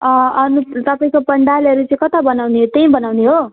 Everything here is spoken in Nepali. अनि तपाईँको पन्डालहरू चाहिँ कता बनाउने त्यहीँ बनाउने हो